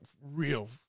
real